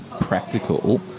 practical